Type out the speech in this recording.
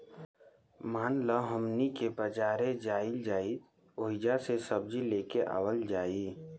मान ल हमनी के बजारे जाइल जाइत ओहिजा से सब्जी लेके आवल जाई